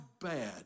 bad